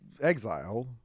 exile